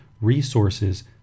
resources